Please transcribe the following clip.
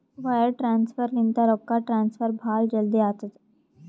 wire transfer ಲಿಂತ ರೊಕ್ಕಾ transfer ಭಾಳ್ ಜಲ್ದಿ ಆತ್ತುದ